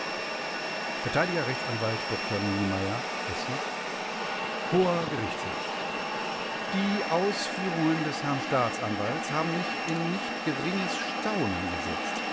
verteidiger rechtsanwalt dr niemeyer essen hoher gerichtshof die ausführungen des herrn staatsanwalts haben mich in nicht geringes staunen gesetzt